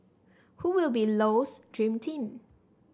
who will be Low's dream team